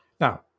Now